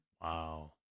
Wow